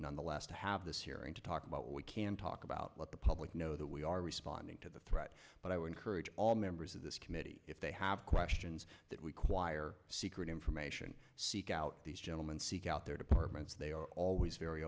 nonetheless to have this hearing to talk about what we can talk about what the public know that we are responding to the threat but i would encourage all members of this committee if they have questions that require secret information seek out these gentlemen seek out their departments they are always very